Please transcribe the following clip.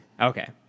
Okay